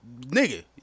Nigga